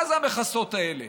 מה זה המכסות האלה?